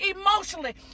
emotionally